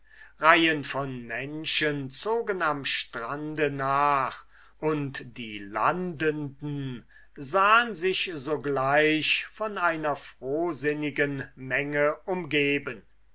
reihen von menschen zogen am strande nach und die landenden sahen sich sogleich von einer frohsinnigen menge umgeben